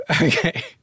Okay